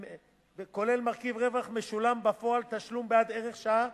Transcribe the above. כולל מרכיב רווח, משולם בפועל תשלום בעד ערך שעה